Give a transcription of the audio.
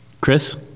Chris